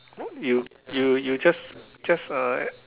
what you you you just just uh